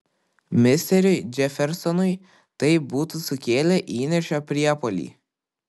misteriui džefersonui tai būtų sukėlę įniršio priepuolį